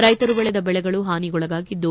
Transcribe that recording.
ರೈತರು ಬೆಳೆದ ಬೆಳೆಗಳು ಹಾನಿಗೊಳಗಾಗಿದ್ದು